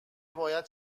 باید